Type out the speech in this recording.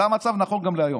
זה המצב גם נכון להיום.